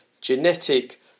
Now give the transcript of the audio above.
genetic